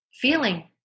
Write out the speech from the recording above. feeling